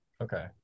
Okay